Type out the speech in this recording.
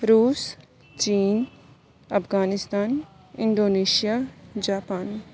روس چین Afghanistan Indonesia Japan